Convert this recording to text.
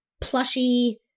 plushy